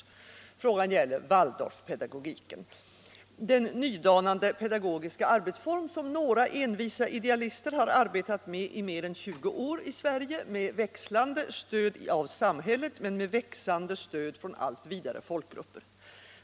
Vad frågan gäller är Waldorfpedagogiken, den nydanande pedagogiska arbetsform som några envisa idealister har arbetat med i mer än 20 år i Sverige, med växlande stöd av samhället men med växande stöd från allt vidare folkgrupper.